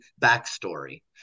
backstory